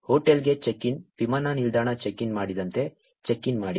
ಹೋಟೆಲ್ಗೆ check in ವಿಮಾನ ನಿಲ್ದಾಣಕ್ಕೆ ಚೆಕ್ ಇನ್ ಮಾಡಿದಂತೆ ಚೆಕ್ ಇನ್ ಮಾಡಿ